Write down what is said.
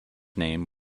name